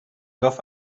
گفت